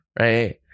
right